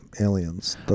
aliens